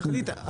התכלית,